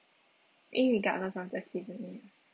irregardless of the season ya